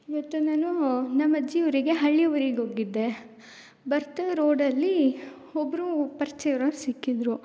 ಇವತ್ತು ನಾನು ನಮ್ಮಜ್ಜಿ ಊರಿಗೆ ಹಳ್ಳಿ ಊರಿಗೋಗಿದ್ದೆ ಬರ್ತಾ ರೋಡಲ್ಲಿ ಒಬ್ರು ಪರಿಚಯ ಇರೋರು ಸಿಕ್ಕಿದ್ರು